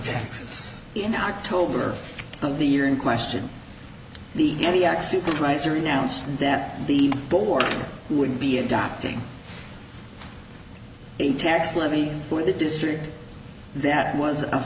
taxes in october of the year in question the any act supervisor announced that the board would be adopting a tax levy for the district that was a